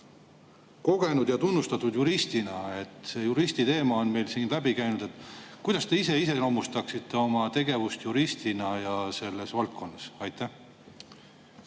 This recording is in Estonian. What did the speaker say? kogenud ja tunnustatud juristina. See juristi teema on meil siin läbi käinud. Kuidas te ise iseloomustaksite oma tegevust juristina ja selles valdkonnas? Aitäh,